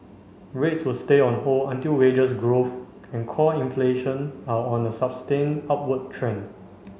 rates will stay on hold until wages growth and core inflation are on a sustained upward trend